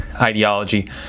ideology